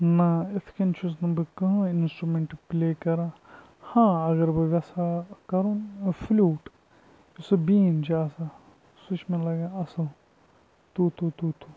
نا اِتھ کٔنۍ چھُس نہٕ بہٕ کٕہٕنۍ نہٕ اِںٕسٹرٛوٗمٮ۪نٛٹ پٕلے کَران ہاں اگر بہٕ یژھا کَرُن فٕلوٗٹ سُہ بیٖن چھِ آسان سُہ چھُ مےٚ لَگان اَصٕل توٗ توٗ توٗ توٗ